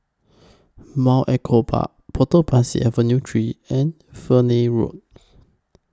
Mount Echo Park Potong Pasir Avenue three and Fernvale Road